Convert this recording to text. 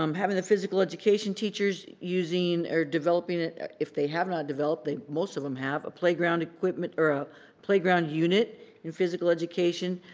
um having the physical education teachers using or developing if they have not developed, most of them have, playground equipment, or a playground unit in physical education.